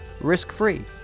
risk-free